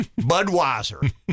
Budweiser